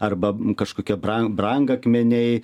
arba kažkokia bran brangakmeniai